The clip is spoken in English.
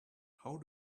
how